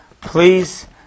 please